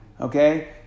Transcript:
okay